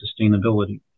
sustainability